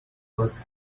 was